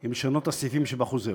אם לשנות את הסעיפים שבחוזה.